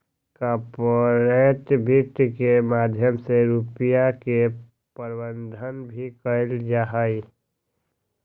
corporate वित्त के माध्यम से रुपिया के प्रबन्धन भी कइल जाहई